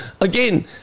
again